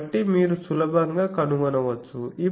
కాబట్టి మీరు సులభంగా కనుగొనవచ్చు